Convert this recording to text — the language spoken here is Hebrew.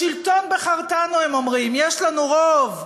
לשלטון בחרתנו, הם אומרים, יש לנו רוב.